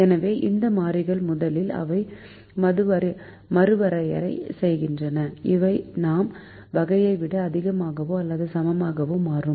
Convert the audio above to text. எனவே இந்த மாறிகள் முதலில் அவை மறுவரையறை செய்கின்றன அவை அவை வகையை விட அதிகமாகவோ அல்லது சமமாகவோ மாறும்